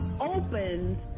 opens